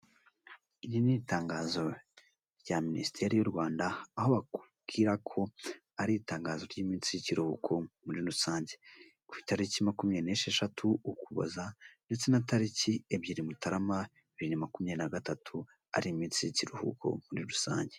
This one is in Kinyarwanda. Iri ni itangazo rya minisiteri y'u Rwanda aho bakubwira ko ari itangazo ry'iminsi y'ikiruhuko muri rusange, ku itariki makumya n'esheshatu ukuboza ndetse na tariki ebyiri mutarama bibiri makumyabiri na gatatu ari iminsi y'ikiruhuko muri rusange.